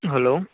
hello